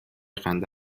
خنده